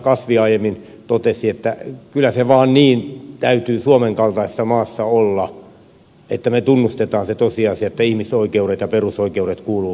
kasvi aiemmin totesi että kyllä se vaan niin täytyy suomen kaltaisessa maassa olla että me tunnustamme sen tosiasian että ihmisoikeudet ja perusoikeudet kuuluvat kaikille